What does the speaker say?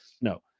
no